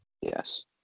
Yes